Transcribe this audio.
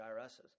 IRS's